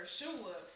sure